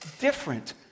different